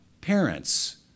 parents